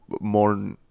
more